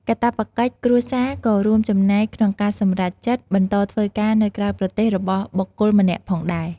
កាតព្វកិច្ចគ្រួសារក៏រួមចំណែកក្នុងការសម្រេចចិត្ត បន្តធ្វើការនៅក្រៅប្រទេសរបស់បុគ្គលម្នាក់ផងដែរ។